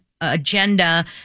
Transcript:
agenda